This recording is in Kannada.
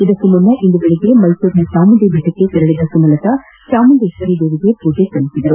ಇದಕ್ಕೂ ಮುನ್ನ ಇಂದು ಬೆಳಗ್ಗೆ ಮೈಸೂರಿನ ಚಾಮುಂಡಿ ಬೆಟ್ಟಕ್ಕೆ ತೆರಳಿದ ಸುಮಲತಾ ಚಾಮುಂಡೇಶ್ವರಿ ದೇವಿಗೆ ಪೂಜೆ ಸಲ್ಲಿಸಿದರು